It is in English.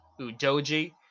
Udoji